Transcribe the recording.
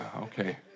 Okay